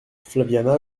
flaviana